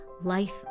Life